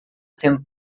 sendo